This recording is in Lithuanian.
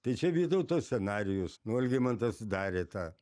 tai čia vytauto scenarijus nu algimantas darė tą